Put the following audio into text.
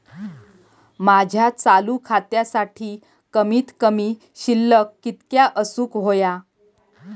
माझ्या चालू खात्यासाठी कमित कमी शिल्लक कितक्या असूक होया?